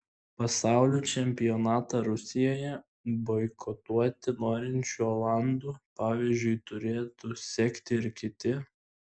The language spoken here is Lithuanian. pasaulio čempionatą rusijoje boikotuoti norinčių olandų pavyzdžiu turėtų sekti ir kiti